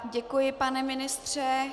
Děkuji, pane ministře.